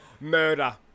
Murder